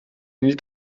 niet